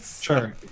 Sure